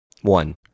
One